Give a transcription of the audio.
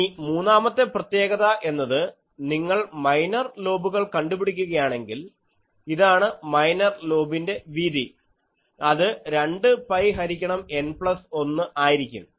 ഇനി മൂന്നാമത്തെ പ്രത്യേകത എന്നത് നിങ്ങൾ മൈനർ ലോബുകൾ കണ്ടുപിടിക്കുകയാണെങ്കിൽ ഇതാണ് മൈനർ ലോബിൻ്റെ വീതി അത് 2 പൈ ഹരിക്കണം N പ്ലസ് 1 ആയിരിക്കും